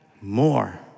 more